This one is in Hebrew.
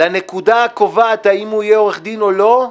לנקודה הקובעת האם הוא יהיה עורך דין או לא,